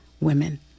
women